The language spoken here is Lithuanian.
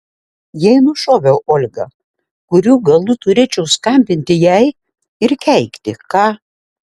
jei nušoviau olgą kurių galų turėčiau skambinti jai ir keikti ką